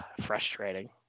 frustrating